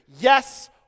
yes